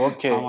Okay